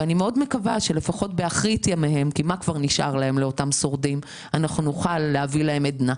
ואני מאוד מקווה שלפחות באחרית ימיהם נוכל להביא להם עדנה.